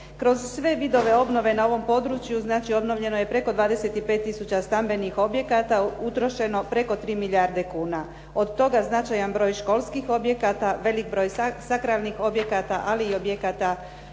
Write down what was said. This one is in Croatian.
Kroz sve vidove obnove na ovom području, znači obnovljeno je preko 25 tisuća stambenih objekata, utrošeno preko 3 milijarde kuna, od toga značajan broj školskih objekata, velik broj sakralnih objekata, ali i objekata